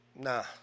Nah